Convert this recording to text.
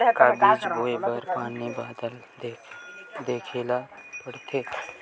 का बीज बोय बर पानी बादल देखेला पड़थे?